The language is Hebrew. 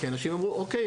כי אנשים אמרו: אוקי,